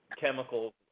chemicals